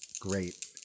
Great